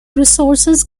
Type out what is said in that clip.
resources